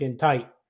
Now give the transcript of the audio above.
tight